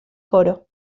coro